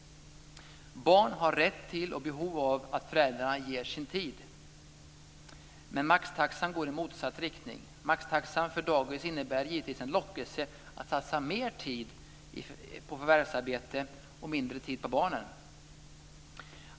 Barn har rätt till och behov av att föräldrarna ger sin tid. Men maxtaxan går i motsatt riktning. Maxtaxan för dagis innebär givetvis en lockelse att satsa mer tid på förvärvsarbete och mindre tid på barnen.